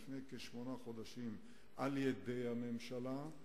לפני כשמונה חודשים, על-ידי הממשלה,